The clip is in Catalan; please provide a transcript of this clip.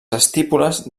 estípules